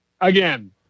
again